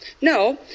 No